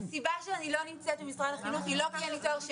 הסיבה שאני לא נמצאת במשרד החינוך היא לא כי אין לי תואר שני,